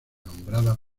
nombrada